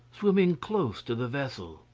swimming close to the vessel.